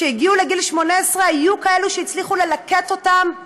כשהגיעו לגיל 18, היו כאלה שהצליחו ללקט אותם,